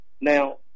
Now